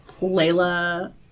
Layla